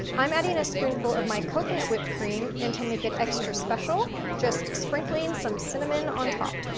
i'm adding a spoonful of my coconut whipped cream, and to make it extra special, just sprinkling some cinnamon on top.